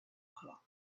clock